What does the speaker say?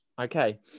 Okay